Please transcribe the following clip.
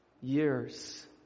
years